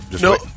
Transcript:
no